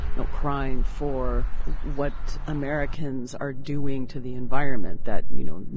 know, crying for what americans are doing to the environment that, you know,